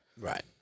Right